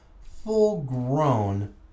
full-grown